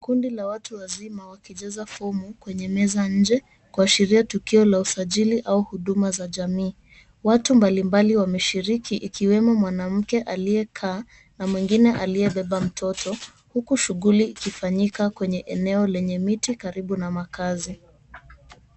Kundi la watu wazima wakijaza fomu kwenye meza nje kuashiria tukio la usajili au huduma za jamii. Watu mbali mbali wameshiriki ikiwemo mwanamke aliyekaa na mwingine aliyebeba mtoto huku shughuli ikifanyika kwenye eneo lenye miti karibu na makazi.